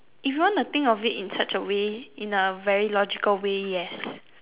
if you want to think about it in such a way in a very logical way yes